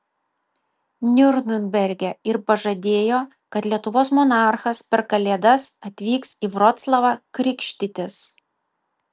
niurnberge ir pažadėjo kad lietuvos monarchas per kalėdas atvyks į vroclavą krikštytis